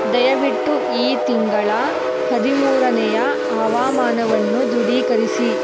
ದಯವಿಟ್ಟು ಈ ತಿಂಗಳ ಹದಿಮೂರನೇಯ ಹವಾಮಾನವನ್ನು ದೃಢೀಕರಿಸಿ